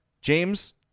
James